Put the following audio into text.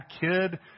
kid